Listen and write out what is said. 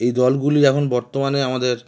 এই দলগুলি যখন বর্তমানে আমাদের